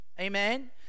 amen